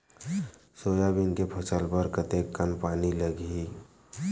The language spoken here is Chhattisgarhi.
सोयाबीन के फसल बर कतेक कन पानी लगही?